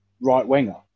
right-winger